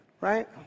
Right